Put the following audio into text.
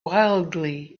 wildly